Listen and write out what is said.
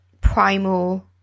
primal